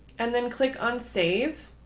and then click on save